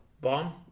Bomb